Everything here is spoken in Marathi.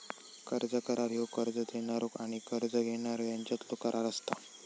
कर्ज करार ह्यो कर्ज देणारो आणि कर्ज घेणारो ह्यांच्यातलो करार असता